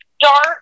dark